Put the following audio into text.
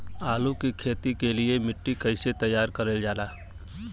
आलू की खेती के लिए मिट्टी कैसे तैयार करें जाला?